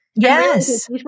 Yes